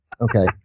Okay